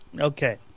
Okay